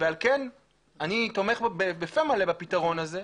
על כן אני תומך בפה מלא בפתרון הזה,